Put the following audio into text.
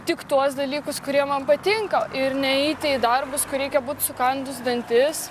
tik tuos dalykus kurie man patinka ir neiti į darbus kur reikia būt sukandus dantis